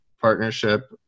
partnership